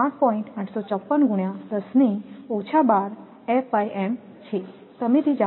પરંતુ છે તમે તે જાણો છો કે 3